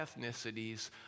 ethnicities